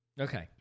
Okay